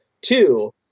Two